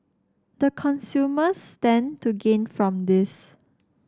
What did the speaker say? the consumers stand to gain from this